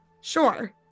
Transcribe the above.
Sure